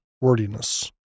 Wordiness